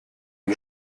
die